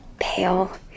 pale